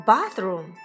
Bathroom